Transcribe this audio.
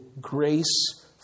grace